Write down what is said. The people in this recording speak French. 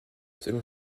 selon